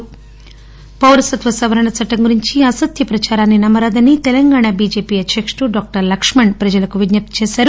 లక్ష్మణ్ పౌరసత్వ సవరణ చట్టం గురించి అసత్య ప్రచారాన్ని నమ్మరాదని తెలంగాణ బిజెపి అధ్యకుడు డాక్టర్ లక్ష్మణ్ ప్రజలకు విజ్ఞప్తి చేస్తారు